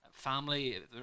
family